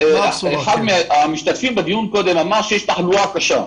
אחד המשתתפים בדיון אמר מקודם שיש תחלואה קשה.